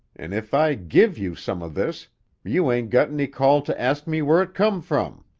an' if i give you some of this you ain't got any call to ask me where it come from.